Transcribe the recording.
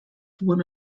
one